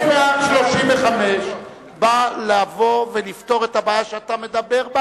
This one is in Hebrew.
135 בא לפתור את הבעיה שאתה מדבר בה